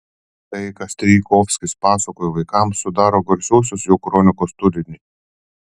tai ką strijkovskis pasakojo vaikams sudaro garsiosios jo kronikos turinį